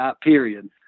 period